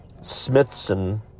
Smithson